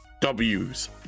w's